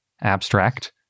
abstract